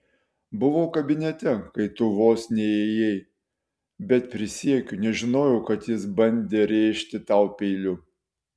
buvau kabinete kai tu vos neįėjai bet prisiekiu nežinojau kad jis bandė rėžti tau peiliu